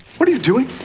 what are you doing?